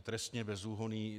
Trestně bezúhonný.